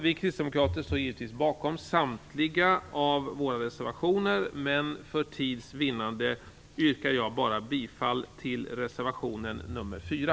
Vi kristdemokrater står givetvis bakom samtliga våra reservationer, men för tids vinnande yrkar jag bifall bara till reservation nr 4.